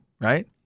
right